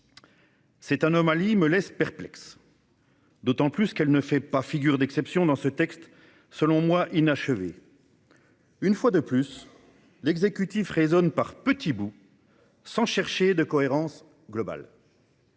Cette anomalie me laisse perplexe, d'autant plus qu'elle ne fait pas figure d'exception dans ce texte selon moi inachevé. Une fois de plus, l'exécutif raisonne par petits bouts, sans chercher de cohérence globale.